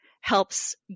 helps